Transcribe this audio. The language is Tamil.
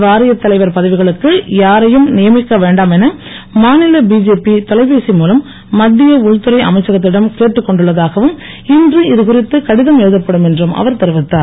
வாரியத் தலைவர் பதவிகளுக்கு யாரையும் நியமிக்க வேண்டாம் என மாநில பிஜேபி தொலைபேசி மூலம் மத்திய உள்துறை அமைச்சகத்திடம் கேட்டுக் கொண்டுள்ளதாகவும் இன்று இதுகுறித்து கடிதம் எழுதப்படும் என்றும் அவர் தெரிவித்தார்